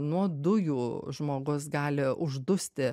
nuo dujų žmogus gali uždusti